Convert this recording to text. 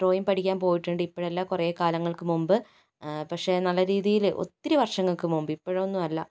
drawing പഠിക്കാൻ പോയിട്ടുണ്ട് ഇപ്പോഴല്ല കുറേക്കാലങ്ങൾക്ക് മുമ്പ് പക്ഷേ നല്ല രീതിയിൽ ഒത്തിരി വർഷങ്ങൾക്ക് മുമ്പ് ഇപ്പോഴൊന്നുമല്ല